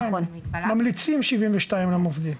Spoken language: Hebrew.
ממליצים 72 שעות למוסדית.